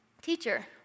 Teacher